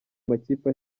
amakipe